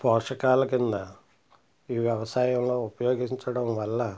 పోషకాల కింద ఈ వ్యవసాయంలో ఉపయోగించడం వల్ల